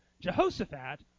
Jehoshaphat